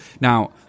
Now